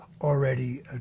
already